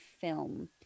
film